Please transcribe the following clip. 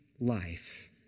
life